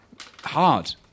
hard